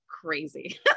crazy